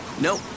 Nope